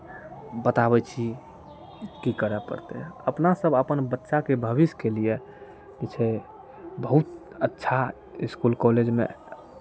बताबै छी कि की करय पड़तै अपनासब अपन बच्चाके भविष्यके लिए जे छै बहुत अच्छा इसकुल कॉलेजमे